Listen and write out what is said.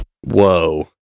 Whoa